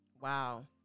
Wow